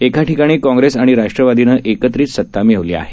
एकाठिकाणीकाँग्रेसआणिराष्ट्रवादीनंएकत्रितसत्तामिळवलीआहे